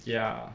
ya